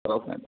okay అండి